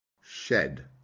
shed